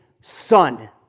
son